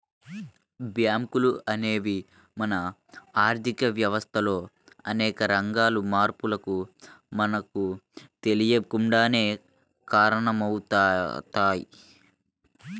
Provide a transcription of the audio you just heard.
బ్యేంకులు అనేవి మన ఆర్ధిక వ్యవస్థలో అనేక రకాల మార్పులకు మనకు తెలియకుండానే కారణమవుతయ్